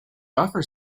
buffer